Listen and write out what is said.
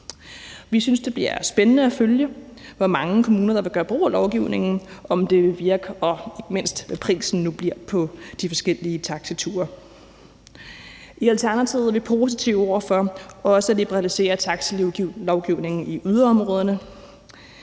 Vi synes, det bliver spændende at følge, hvor mange kommuner der vil gøre brug af lovgivningen, om den vil virke, og ikke mindst hvad prisen nu bliver på de forskellige taxature. I Alternativet er vi positive over for også at liberalisere taxalovgivningen i yderområderne.